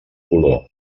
color